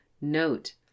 Note